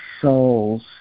souls